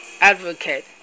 advocate